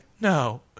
no